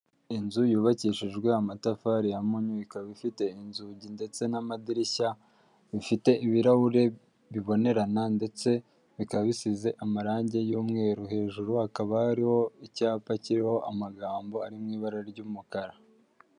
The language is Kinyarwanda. Inzu yubakishijwe amatafari ya mpunyu ikaba ifite inzugi ndetse n'amadirishya bifite ibirahure bibonerana ndetse bikaba bisize amarange y'umweru, hejuru hakaba hariho icyapa kiriho amagambo ari mu ibara ry'umukara.